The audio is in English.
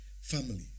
family